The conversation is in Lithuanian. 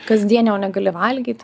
kasdien jo negali valgyt